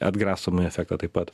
atgrasomąjį efektą taip pat